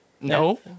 No